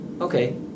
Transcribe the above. okay